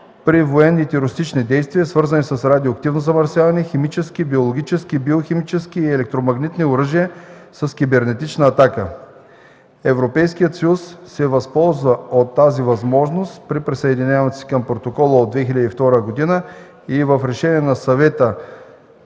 при военни и терористични действия, свързани с радиоактивно замърсяване, химически, биологически, биохимически и електромагнитни оръжия, с кибернетична атака. Европейският съюз се възползва от тази възможност при присъединяването си към протокола от 2002 г. и в Решение на Съвета